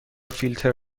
فیلتر